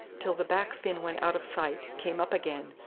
till the back fin went out of sight, came up again,